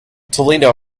toledo